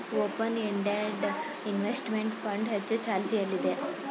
open ended investment fund ಹೆಚ್ಚು ಚಾಲ್ತಿಯಲ್ಲಿದೆ